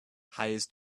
hires